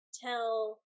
tell